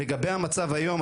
לגבי המצב היום,